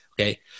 okay